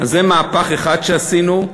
זה מהפך אחד שעשינו.